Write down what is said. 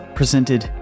presented